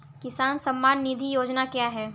किसान सम्मान निधि योजना क्या है?